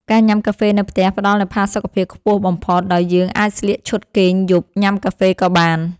ការញ៉ាំកាហ្វេនៅផ្ទះផ្ដល់នូវផាសុកភាពខ្ពស់បំផុត ដោយយើងអាចស្លៀកឈុតគេងយប់ញ៉ាំកាហ្វេក៏បាន។